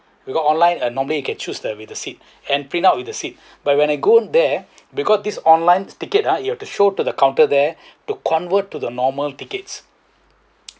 we've got online uh normally you can choose with the seat and print out with the seat but when I go there because this online ticket ah you have to show to the counter there to convert to the normal tickets